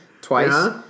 twice